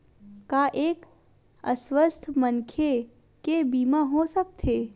का एक अस्वस्थ मनखे के बीमा हो सकथे?